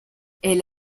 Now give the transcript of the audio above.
elle